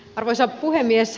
arvoisa puhemies